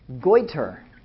Goiter